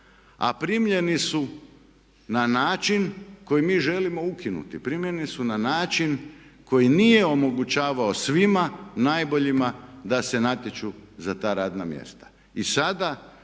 A primljeni su na način koji mi želimo ukinuti, primljeni su na način koji nije omogućavao svima najboljima da se natječu za ta radna mjesta. I sada